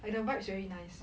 like the vibes very nice